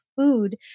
food